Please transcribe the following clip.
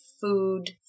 food